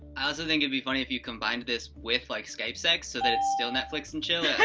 i also think it'd be funny if you combined this with like skype sex so that it's still netflix and chill